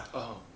(uh huh)